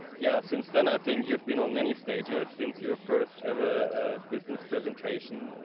yeah since then i think you've been on many stages since your first ever business presentation.